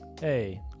Hey